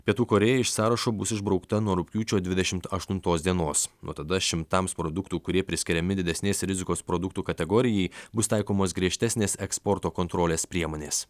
pietų korėja iš sąrašo bus išbraukta nuo rugpjūčio dvidešimt aštuntos dienos nuo tada šimtams produktų kurie priskiriami didesnės rizikos produktų kategorijai bus taikomos griežtesnės eksporto kontrolės priemonės